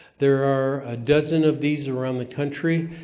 there are a dozen of these around the country.